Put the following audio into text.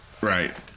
Right